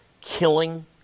killing